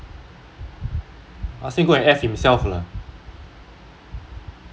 oh ask him go and F himself lah